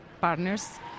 partners